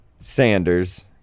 Sanders